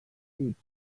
seeds